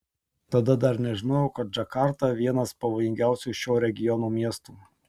tada dar nežinojau kad džakarta vienas pavojingiausių šio regiono miestų